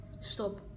stop